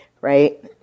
right